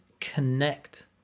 connect